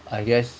I guess